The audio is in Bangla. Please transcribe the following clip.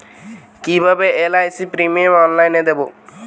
কিভাবে এল.আই.সি প্রিমিয়াম অনলাইনে দেবো?